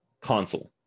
console